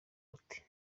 bati